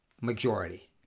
majority